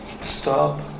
Stop